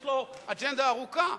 יש לו אג'נדה ארוכה,